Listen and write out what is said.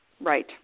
Right